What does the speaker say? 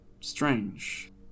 strange